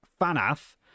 Fanath